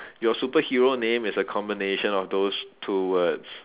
your superhero name is a combination of those two words